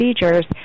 procedures